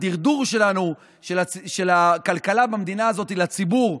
הדרדור של הכלכלה במדינה הזאת לציבור,